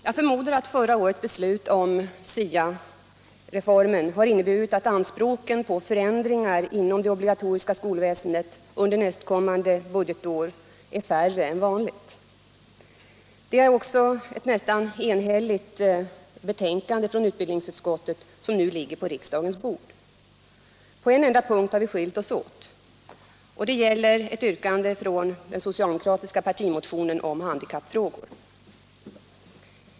Jag förmodar att förra årets beslut om SIA-reformen har inneburit att anspråken på förändringar inom det obligatoriska skolväsendet under nästkommande budgetår är färre än vanligt. Det är också ett nästan enhälligt betänkande från utbildningsutskottet som nu ligger på riksdagens bord. På en enda punkt har vi skilt oss åt. Det gäller ett yrkande från den socialdemokratiska partimotionen om handikappfrågor.